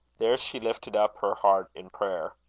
there she lifted up her heart in prayer.